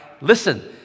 listen